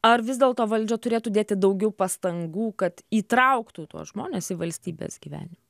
ar vis dėlto valdžia turėtų dėti daugiau pastangų kad įtrauktų tuos žmones į valstybės gyvenimą